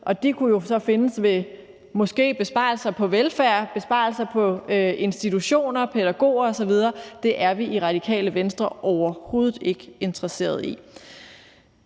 De kunne jo så findes ved måske besparelser på velfærd, besparelser på institutioner, pædagoger osv. – det er vi i Radikale Venstre overhovedet ikke interesseret i.